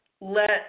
let